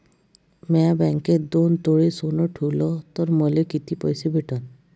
म्या बँकेत दोन तोळे सोनं ठुलं तर मले किती पैसे भेटन